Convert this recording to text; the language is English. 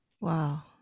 Wow